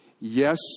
Yes